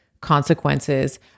consequences